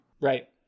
Right